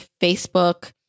Facebook